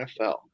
NFL